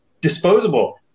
disposable